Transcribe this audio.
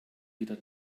wieder